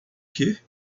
que